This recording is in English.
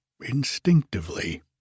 instinctively